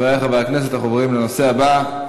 חברי חברי הכנסת, אנחנו עוברים לנושא הבא.